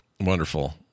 Wonderful